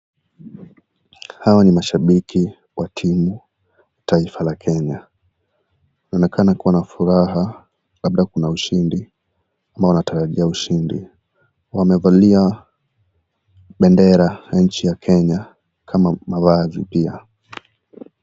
Hawa ni mashabiki wa timu taifa la kenya wanaonekana kuwa na furaha labda kuna ushindi ama wanatarajia ushindi. Wamevalia bendera ya nchi ya kenya kama vazi pia.